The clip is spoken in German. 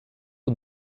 und